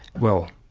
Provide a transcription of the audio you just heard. well,